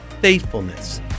faithfulness